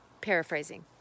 Paraphrasing